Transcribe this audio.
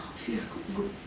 feels good